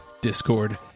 Discord